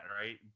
right